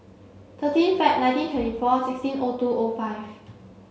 thirteen Feb nineteen twenty four sixteen O two O five